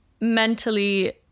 mentally